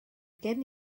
gen